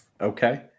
Okay